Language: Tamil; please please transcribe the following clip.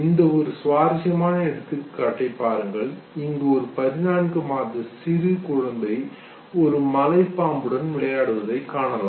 இந்த ஒரு சுவாரஸ்யமான எடுத்துக்காட்டை பாருங்கள் இங்கு ஒரு 14 மாத சிறு குழந்தை ஒரு மலைப் பாம்புடன் விளையாடுவதை காணலாம்